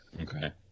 Okay